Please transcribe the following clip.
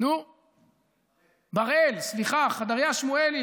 בראל חדריה שמואלי,